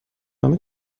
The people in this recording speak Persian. نامه